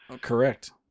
correct